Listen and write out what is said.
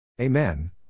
Amen